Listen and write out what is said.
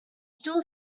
still